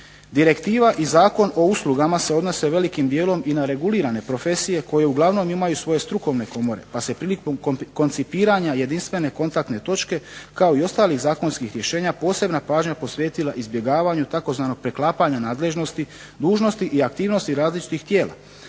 Direktiva i Zakon o uslugama se odnose velikim dijelom i na regulirane profesije koje uglavnom imaju svoje strukovne komore, pa se prilikom koncipiranja jedinstvene kontaktne točke, kao i ostalih zakonskih rješenja posebna pažnja posvetila izbjegavanju tzv. preklapanja nadležnosti, dužnosti i aktivnosti različitih tijela,